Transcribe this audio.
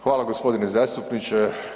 Hvala g. zastupniče.